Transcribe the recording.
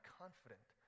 confident